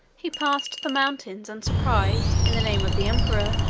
he passed the mountains, and surprised in the name of the emperor,